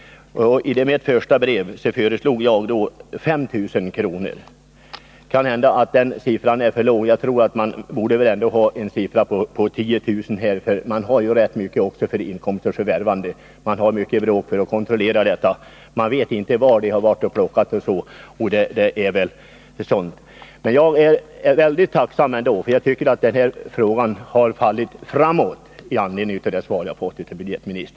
I mitt första brev föreslog jag 5 000 kr. Kanhända är den gränsen för låg. Jag tror att man bör sätta den vid 10 000 kr., eftersom det är rätt stora kostnader förenade med inkomstens förvärvande och eftersom det är stora svårigheter att upprätthålla en kontroll på detta område. Det är t.ex. svårt att fastställa var plockningen har skett. Jag är mycket tacksam för budgetministerns svar på min fråga. Jag tycker trots allt att det innebär att frågan har fallit framåt.